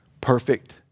Perfect